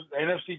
NFC